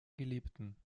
geliebten